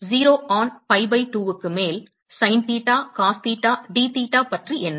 0 on pi pi 2க்கு மேல் sin theta cos theta d theta பற்றி என்ன